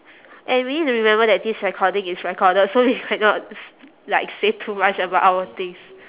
eh we need to remember that this recording is recorded so you cannot s~ like say too much about our things